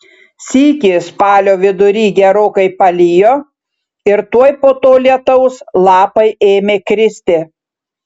sykį spalio vidury gerokai palijo ir tuoj po to lietaus lapai ėmė kristi